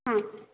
हां